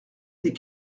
des